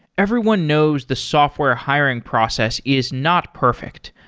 everyone knows the software hiring process is not perfect.